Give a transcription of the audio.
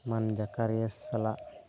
ᱥᱟᱞᱟᱜ